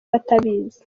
batabizi